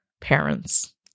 parents